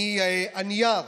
מהנייר